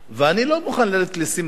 ואני לא מוכן לרדת לסמטאות,